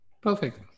Perfect